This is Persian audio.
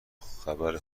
خبر